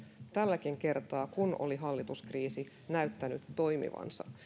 tälläkin kertaa kun oli hallituskriisi näyttänyt toimivansa